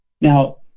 Now